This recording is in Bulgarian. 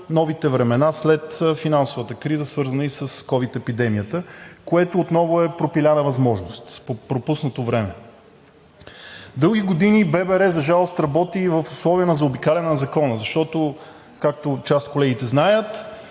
за новите времена след финансовата криза, свързани и с ковид епидемията, което отново е пропиляна възможност, пропуснато време. Дълги години ББР, за жалост, работи в условията на заобикаляне на Закона, защото, както част от колегите знаят,